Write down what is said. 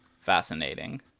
fascinating